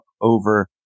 over